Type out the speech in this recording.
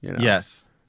Yes